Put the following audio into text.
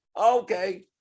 okay